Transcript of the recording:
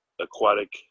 aquatic